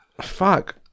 fuck